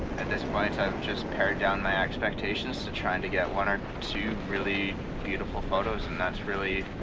and this point i've just pared down my expectations to try and get one or two really beautiful photos and that's really